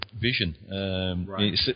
vision